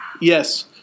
Yes